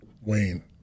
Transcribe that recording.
Wayne